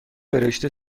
برشته